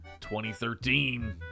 2013